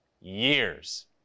years